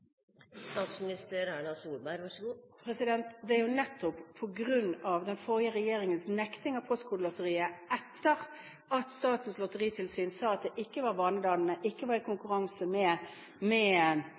Det er nettopp på grunn av den forrige regjeringens nekting av Postkodelotteriet etter at statens lotteritilsyn sa at det ikke var vanedannende og ikke var i